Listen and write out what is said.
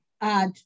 add